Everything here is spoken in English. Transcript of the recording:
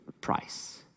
price